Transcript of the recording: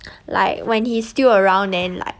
like when he still around then like